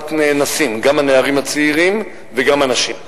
כמעט כולם נאנסים, גם הנערים הצעירים וגם הנשים.